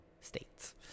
States